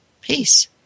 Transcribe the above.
peace